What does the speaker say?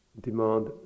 demand